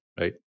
right